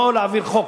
לא להעביר חוק.